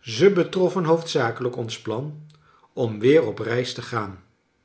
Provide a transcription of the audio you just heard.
ze betroffen hoofdzakelijk ons plan om weer op reis te gaan